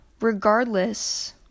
regardless